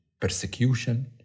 persecution